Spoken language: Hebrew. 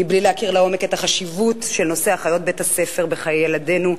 בלי להכיר לעומק את חשיבות נושא אחיות בית-הספר בחיי ילדינו,